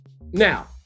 now